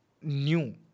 new